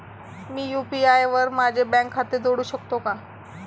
मी UPI वर माझे bank खाते जोडू शकतो का?